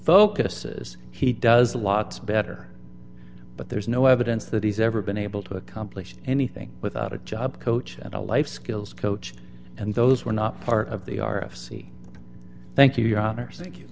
focuses he does a lot better but there's no evidence that he's ever been able to accomplish anything without a job coach at a life skills coach and those were not part of the r f c thank you your honor s